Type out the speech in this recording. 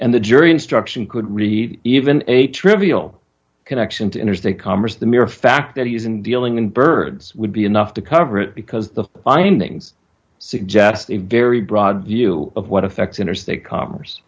and the jury instruction could read even a trivial connection to interstate commerce the mere fact that he isn't dealing in birds would be enough to cover it because the findings suggest a very broad view of what affects interstate commerce